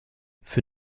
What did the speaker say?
für